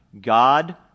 God